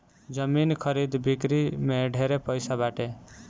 जमीन खरीद बिक्री में ढेरे पैसा बाटे